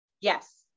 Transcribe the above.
Yes